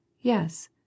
Yes